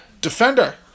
defender